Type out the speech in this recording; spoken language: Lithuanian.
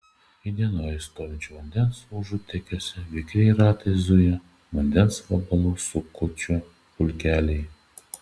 įdienojus stovinčio vandens užutėkiuose vikriai ratais zuja vandens vabalų sukučių pulkeliai